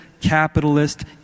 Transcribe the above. capitalist